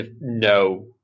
no